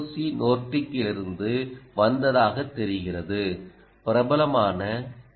C நோர்டிக்கிலிருந்து வந்ததாகத் தெரிகிறது பிரபலமான என்